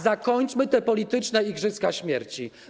Zakończmy te polityczne igrzyska śmierci.